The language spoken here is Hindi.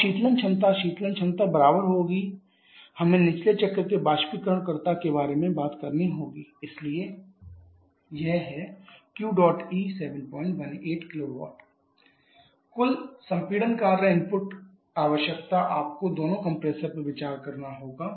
अब शीतलन क्षमता शीतलन क्षमता बराबर होगी हमें निचले चक्र के बाष्पीकरणकर्ता के बारे में बात करनी होगी इसलिए यह है Qdot EmBh1 h4718 kW कुल संपीड़न कार्य इनपुट आवश्यकता आपको दोनों कंप्रेशर्स पर विचार करना होगा